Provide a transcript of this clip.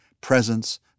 presence